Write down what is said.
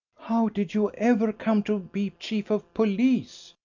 how did you ever come to be chief of police?